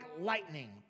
lightning